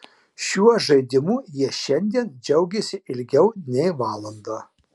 šiuo žaidimu jie šiandien džiaugėsi ilgiau nei valandą